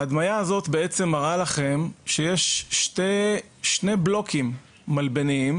ההדמיה הזאת בעצם מראה לכם שיש שני בלוקים מלבניים